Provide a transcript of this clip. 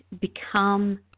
become